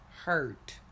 hurt